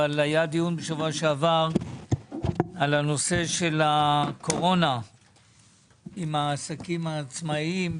אבל היה דיון בשבוע שעבר על הנושא של הקורונה לגבי העסקים העצמאיים.